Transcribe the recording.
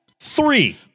Three